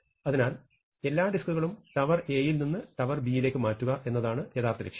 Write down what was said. അതിനാൽ എല്ലാ ഡിസ്കുകളും ടവർ A യിൽ നിന്ന് ടവർ B യിലേക്ക് മാറ്റുക എന്നതാണ് യഥാർത്ഥ ലക്ഷ്യം